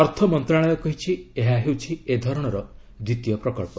ଅର୍ଥ ମନ୍ତ୍ରଣାଳୟ କହିଛି ଏହା ହେଉଛି ଏଧରଣର ଦ୍ୱିତୀୟ ପ୍ରକଳ୍ପ